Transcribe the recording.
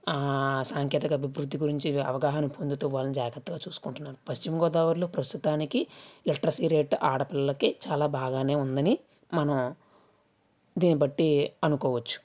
సాంకేతిక అభివృద్ధి గురించి అవగాహన పొందుతూ వాళ్ళని జాగ్రత్తగా చూసుకుంటున్నారు పశ్చిమగోదావరిలో ప్రస్తుతానికి లిటరసీ రేట్ ఆడపిల్లలకి చాలా బాగానే ఉందని మనం దీని బట్టి అనుకోవచ్చు